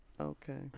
Okay